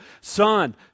son